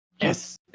Yes